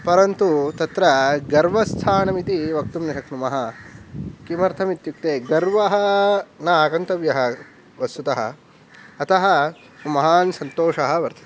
परन्तु तत्र गर्वस्थानम् इति वक्तुं न शक्नुमः किमर्थम् इत्युक्ते गर्वः न आगन्तव्यः वस्तुतः अतः महान् सन्तोषः वर्तते